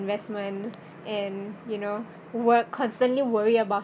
investment and you know wor~ constantly worry about